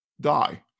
die